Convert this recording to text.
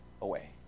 away